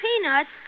peanuts